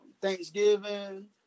Thanksgiving